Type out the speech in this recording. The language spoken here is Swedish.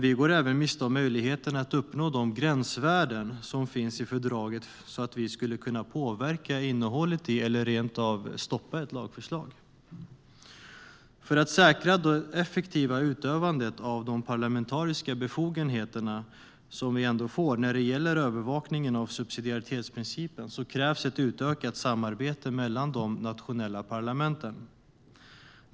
Vi går även miste om möjligheten att uppnå de gränsvärden som finns i fördraget så att vi skulle kunna påverka innehållet i eller rent av stoppa ett lagförslag. För att säkra ett effektivt utövande av de parlamentariska befogenheter vi ändå får när det gäller övervakningen av subsidiaritetsprincipen krävs ett utökat samarbete mellan de nationella parlamenten.